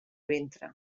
ventre